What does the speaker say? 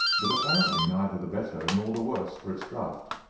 but apparently neither the better nor the worse for its draught.